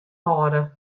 hâlde